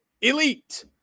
elite